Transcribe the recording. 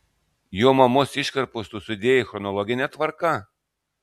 jo mamos iškarpas tu sudėjai chronologine tvarka